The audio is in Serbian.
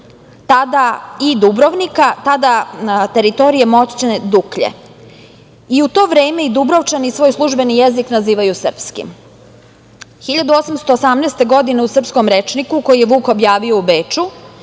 tada i Dubrovnika, na teritoriji moćne Duklje. I u to vreme i Dubrovčani svoj službeni jezik nazivaju – srpski. Godine 1818. u „Srpskom rečniku“ koji je Vuk objavio u Beču